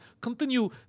continue